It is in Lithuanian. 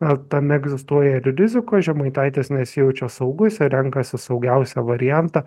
ar tame egzistuoja ir rizikos žemaitaitis nesijaučia saugus ir renkasi saugiausią variantą